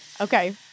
Okay